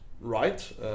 right